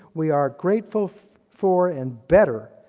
we are grateful for, and better,